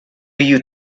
you